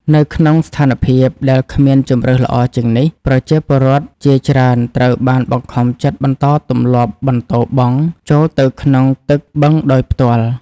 នៅក្នុងស្ថានភាពដែលគ្មានជម្រើសល្អជាងនេះ ប្រជាពលរដ្ឋជាច្រើនត្រូវបានបង្ខំចិត្តបន្តទម្លាប់បន្ទោបង់ចូលទៅក្នុងទឹកបឹងដោយផ្ទាល់។